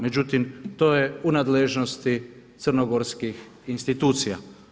Međutim, to je u nadležnosti crnogorskih institucija.